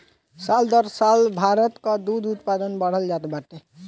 साल दर साल भारत कअ दूध उत्पादन बढ़ल जात बाटे